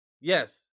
Yes